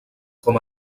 com